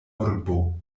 urbo